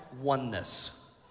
oneness